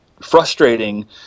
frustrating